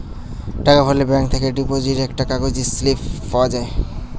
টাকা ভরলে ব্যাঙ্ক থেকে ডিপোজিট একটা কাগজ স্লিপ পাওয়া যায়